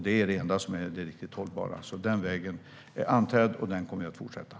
Det är det enda som är det riktigt hållbara, så den vägen är anträdd, och den kommer vi att fortsätta på.